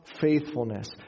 faithfulness